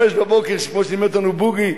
ב-05:00, כמו שלימד אותנו בוגי.